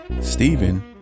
Stephen